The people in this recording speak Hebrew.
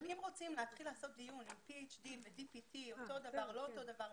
אם רוצים להתחיל לעשות דיון אם PHD ו-DPT אותו הדבר או לא אותו הדבר,